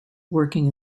working